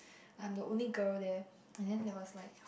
I am the only girl there and then there was like